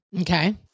Okay